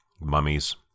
mummies